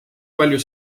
palju